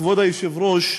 כבוד היושב-ראש,